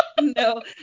No